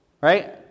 Right